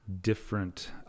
different